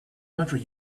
country